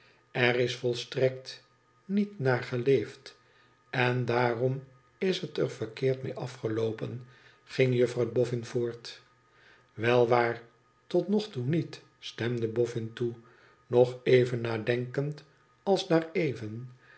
r is volstrekt niet naar geleefd en daarom is het er verkeerd mee afgeloopen ging juffrouw boffin voort t wel waar tot nog toe niet stemde boffin toe nog even nadenkend als daar even